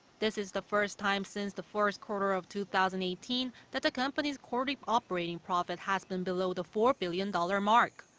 this is the first time since the first quarter of two thousand and eighteen. that the company's quarterly operating profit has been below the four billion dollar mark.